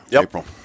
April